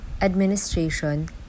administration